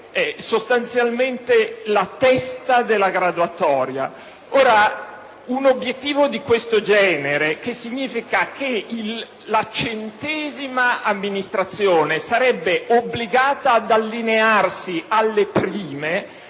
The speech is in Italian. sostanzialmente a quella della testa della graduatoria. Un obiettivo di questo genere, che significa che la centesima amministrazione sarebbe obbligata ad allinearsi alle prime,